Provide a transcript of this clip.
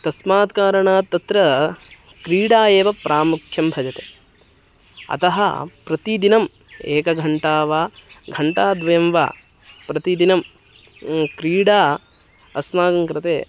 तस्मात् कारणात् तत्र क्रीडा एव प्रामुख्यं भजते अतः प्रतिदिनम् एकघण्टा वा घण्टाद्वयं वा प्रतिदिनं क्रीडा अस्माकं कृते